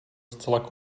zcela